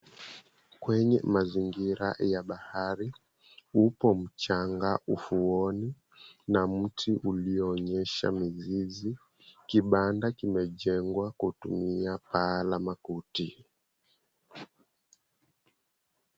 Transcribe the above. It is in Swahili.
Kwenye mazingira ya bahari, upo mchanga ufuoni na mti ulioonyesha mizizi. Kibanda kimejengwa kutumia paa la makuti.